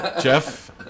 Jeff